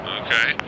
okay